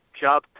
job